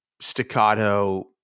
staccato